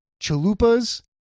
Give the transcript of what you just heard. chalupas